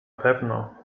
pewno